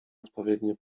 odpowiednie